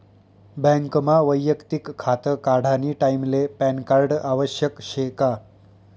बँकमा वैयक्तिक खातं काढानी टाईमले पॅनकार्ड आवश्यक शे का?